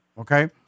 okay